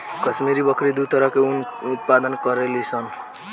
काश्मीरी बकरी दू तरह के ऊन के उत्पादन करेली सन